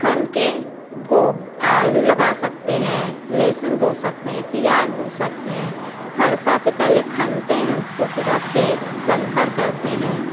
खन के गोब आलू लगा सकते हैं लहसून बो सकते हैं प्याज़ बो सकते हैं फरसा से पहले खनते हैं उसको पूरा खेत संतर करते हैं